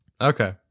Okay